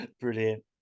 brilliant